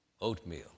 oatmeal